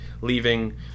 leaving